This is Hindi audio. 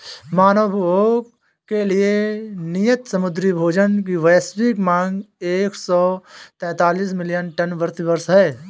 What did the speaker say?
मानव उपभोग के लिए नियत समुद्री भोजन की वैश्विक मांग एक सौ तैंतालीस मिलियन टन प्रति वर्ष है